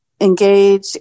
engage